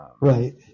Right